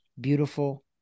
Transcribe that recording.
beautiful